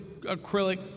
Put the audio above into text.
acrylic